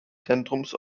zentrums